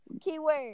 Keyword